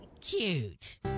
Cute